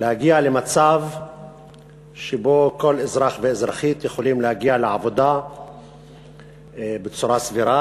ולהגיע למצב שבו כל אזרח ואזרחית יכולים להגיע לעבודה בצורה סבירה,